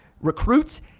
recruits